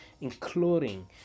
including